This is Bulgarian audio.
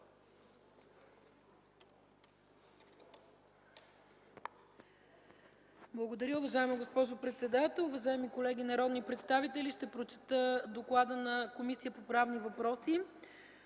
Благодаря, уважаема госпожо председател. Уважаеми колеги народни представители! Ще прочета: „ДОКЛАД на Комисията по правни въпроси